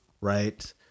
right